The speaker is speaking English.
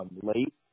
late